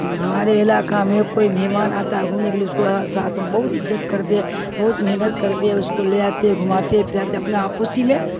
ہمارے علاقہ میں کوئی مہمان آتا ہے گھومنے کے لیے اس کو ساتھ بہت عجت کرتے ہیں بہت محنت کرتے ہیں اس کو لے آاتے گھماتے پھراتے اپنا آپوسی میں